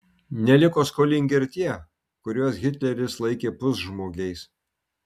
neliko skolingi ir tie kuriuos hitleris laikė pusžmogiais